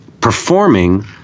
performing